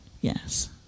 Yes